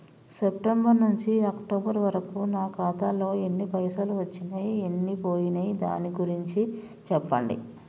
September నుంచి October వరకు నా ఖాతాలో ఎన్ని పైసలు వచ్చినయ్ ఎన్ని పోయినయ్ దాని గురించి చెప్పండి?